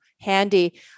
handy